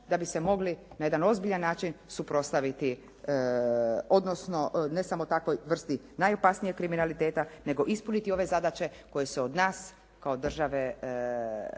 da bi se mogli na jedan ozbiljan način suprotstaviti, odnosno ne samo takvoj vrsti najopasnijeg kriminaliteta, nego ispuniti ove zadaće koje se od nas kao države koja